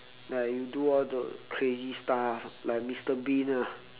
like you do all the crazy stuff like mister bean ah